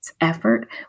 effort